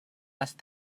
must